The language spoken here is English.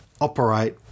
operate